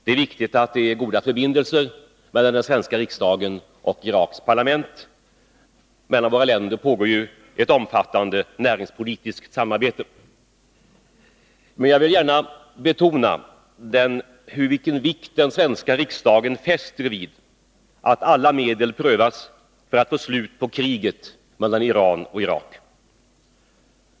Det är viktigt att det råder goda förbindelser mellan den svenska riksdagen och Iraks parlament. Mellan våra länder pågår ju ett omfattande näringspolitiskt samarbete. Men jag vill gärna betona vilken vikt den svenska riksdagen fäster vid att alla medel prövas för att få slut på kriget mellan Iran och Irak.